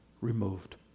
removed